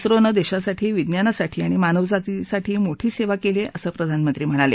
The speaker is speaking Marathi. झोनं देशासाठी विज्ञानासाठी आणि मानवजातीसाठी मोठी सेवा केली आहे असं प्रधानमंत्री म्हणाले